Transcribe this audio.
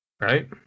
Right